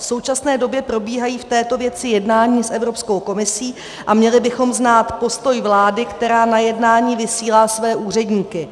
V současné době probíhají v této věci jednání s Evropskou komisí a měli bychom znát postoj vlády, která na jednání vysílá své úředníky.